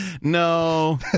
No